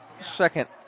second